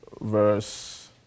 verse